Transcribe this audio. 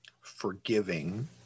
forgiving